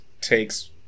takes